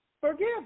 forgive